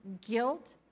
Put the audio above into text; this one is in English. guilt